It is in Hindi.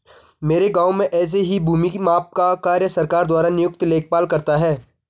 मेरे गांव में ऐसे ही भूमि माप का कार्य सरकार द्वारा नियुक्त लेखपाल करता है